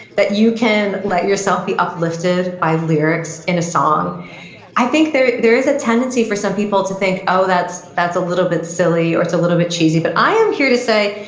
that you can let yourself be uplifted by lyrics in a song i think there there is a tendency for some people to think, oh, that's that's a little bit silly, or it's a little bit cheesy, but i am here to say,